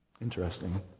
Interesting